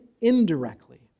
indirectly